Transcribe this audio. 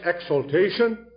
exaltation